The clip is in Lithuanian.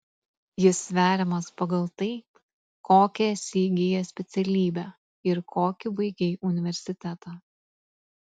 jis sveriamas pagal tai kokią esi įgijęs specialybę ir kokį baigei universitetą